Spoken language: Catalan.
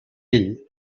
ell